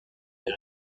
des